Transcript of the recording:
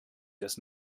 does